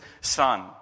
Son